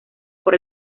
por